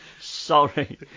sorry